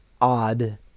odd